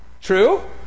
True